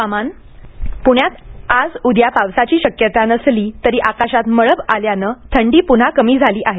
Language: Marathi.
हवामान पुण्यात आज उद्या पावसाची शक्यता नसली तरी आकाशात मळभ आल्यानं थंडी पुन्हा कमी झाली आहे